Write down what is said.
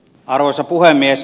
arvoisa puhemies